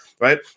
Right